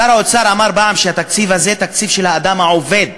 שר האוצר אמר פעם שהתקציב הזה הוא תקציב של האדם העובד.